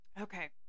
okay